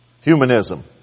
Humanism